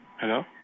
Hello